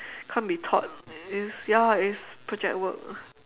can't be taught it's ya it's project work